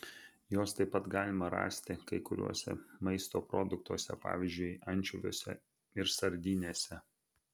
jos taip pat galima rasti kai kuriuose maisto produktuose pavyzdžiui ančiuviuose ir sardinėse